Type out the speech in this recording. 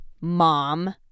Mom